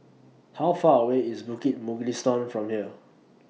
How Far away IS Bukit Mugliston from here